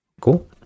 Cool